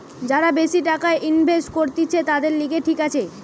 যারা বেশি টাকা ইনভেস্ট করতিছে, তাদের লিগে ঠিক আছে